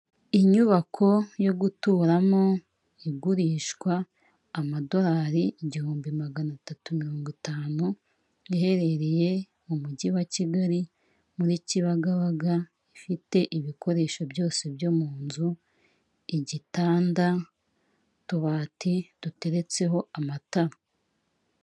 Inyubako yo guturamo igurishwa amadorari igihumbi magana atatu mirongo itanu, ihererye mu mujyi wa Kigali muri Kibagabaga, ifite ibikoresho byose byo mu nzu igitanda, utubati duteretseho amatara.